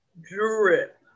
Drip